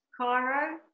Cairo